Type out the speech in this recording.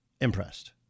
Impressed